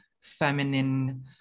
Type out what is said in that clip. feminine